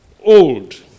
old